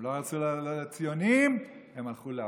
הם לא רצו להיות ציונים, הם הלכו לאושוויץ.